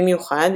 במיוחד,